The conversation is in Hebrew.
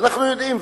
ואנחנו יודעים,